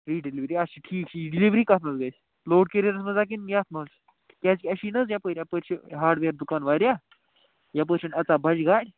free delivery اچھا ٹھیٖک ٹھیٖک ڈِلؤری کَتھ منٛز گژھِ لوڈ کیرایرَس منٛز ہا کِنہٕ یَتھ منٛز کیٛازِ کہِ اَسہِ یی نہٕ حظ یَپٲرۍ اَپٲرۍ چھِ ہاڈویر دُکان واریاہ یَپٲرۍ چھِنہٕ اژان بَجہٕ گاڑِ